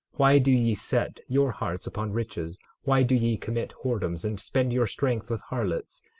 why do ye set your hearts upon riches? why do ye commit whoredoms and spend your strength with harlots,